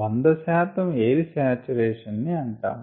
100 శాతం air saturation ని అంటాము